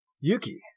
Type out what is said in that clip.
Yuki